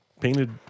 painted